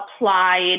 applied